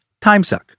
timesuck